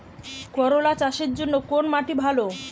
করলা চাষের জন্য কোন মাটি ভালো?